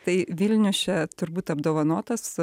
tai vilnius čia turbūt apdovanotas